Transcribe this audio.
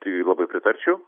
tai labai pritarčiau